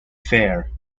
fair